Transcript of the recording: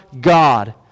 God